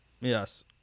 Yes